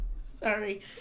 Sorry